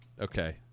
Okay